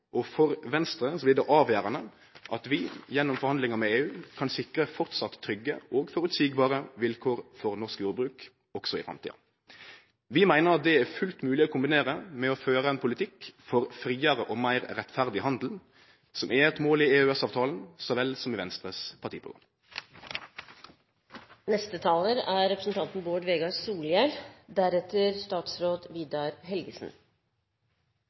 For Venstre blir det avgjerande at vi gjennom forhandlingar med EU kan sikre fortsatt trygge og føreseielege vilkår for norsk jordbruk også i framtida. Vi meiner det er fullt mogleg å kombinere dette med å føre ein politikk for friare og meir rettferdig handel, som er eit mål i EØS-avtalen så vel som i Venstres